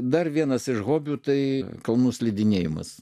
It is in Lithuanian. dar vienas iš hobių tai kalnų slidinėjimas